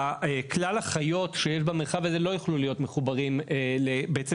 כלל החיות שיש במרחב הזה לא יוכלו להיות מחוברים בעצם